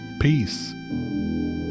Peace